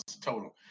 total